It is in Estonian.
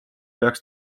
peaks